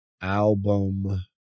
Album